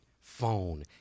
phone